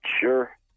sure